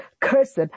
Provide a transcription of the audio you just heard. cursed